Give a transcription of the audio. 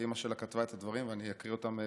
אימא שלה כתבה את הדברים, ואני אקריא אותם כלשונם.